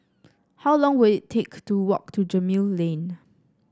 how long will it take to walk to Gemmill Lane